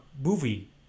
movie